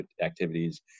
activities